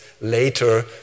later